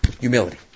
Humility